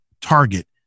target